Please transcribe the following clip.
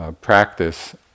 practice